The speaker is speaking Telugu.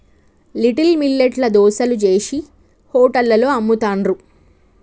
లిటిల్ మిల్లెట్ ల దోశలు చేశి హోటళ్లలో అమ్ముతాండ్రు